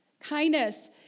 Kindness